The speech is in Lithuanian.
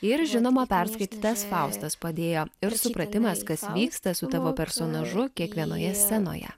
ir žinoma perskaitytas faustas padėjo ir supratimas kas vyksta su tavo personažu kiekvienoje scenoje